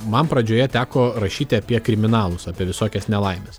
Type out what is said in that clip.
man pradžioje teko rašyti apie kriminalus apie visokias nelaimes